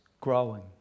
growing